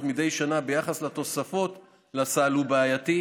מדי שנה ביחס לתוספות לסל הוא בעייתי,